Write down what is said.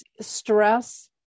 stress